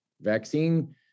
Vaccine